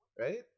right